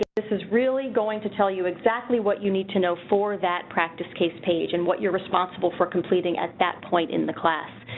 this is really going to tell you exactly what you need to know for that practice case page and what you're responsible for completing at that point in the class.